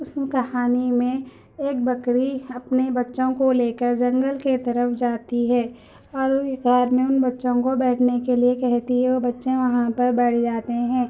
اس کہانی میں ایک بکری اپنے بچّوں کو لے کر جنگل کے طرف جاتی ہے اور یہ غار میں ان بچوں کو بیٹھنے کے لیے کہتی ہے وہ بچے وہاں پر بیٹھ جاتے ہیں